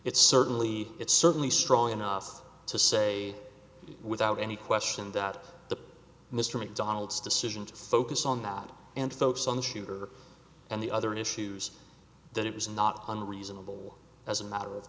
it's certainly it's certainly strong enough to say without any question that the mr mcdonald's decision to focus on god and focus on the shooter and the other issues that it was not on reasonable as a matter of